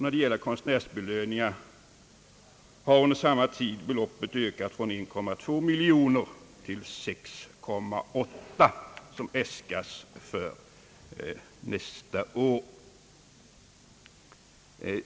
Beloppet till konstnärsbelöningar har under samma tid ökat från 1,2 miljon kronor till 6,8 miljoner kronor, som äskas för nästa år.